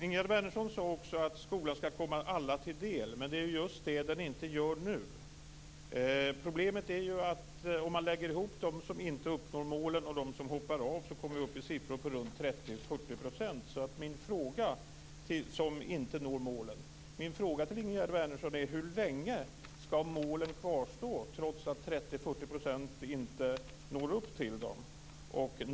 Ingegerd Wärnersson sade också att skolan skall komma alla till del. Men det är just det den inte gör nu. Problemet är att om man lägger ihop antalet som inte når målen med dem som hoppar av kommer vi upp i siffror 30-40 %. Min fråga till Ingegerd Wärnersson är: Hur länge skall målen kvarstå, trots att 30-40 % inte når upp till dem?